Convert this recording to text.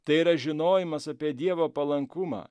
tai yra žinojimas apie dievo palankumą